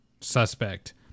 suspect